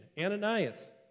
Ananias